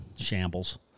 Shambles